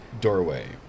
doorway